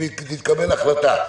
ותתקבל החלטה.